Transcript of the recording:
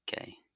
Okay